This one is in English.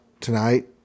tonight